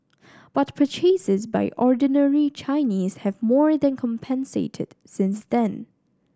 but purchases by ordinary Chinese have more than compensated since then